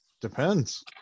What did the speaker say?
Depends